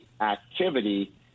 activity